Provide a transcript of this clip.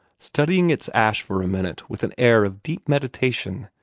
studying its ash for a minute with an air of deep meditation,